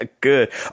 Good